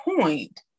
point